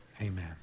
Amen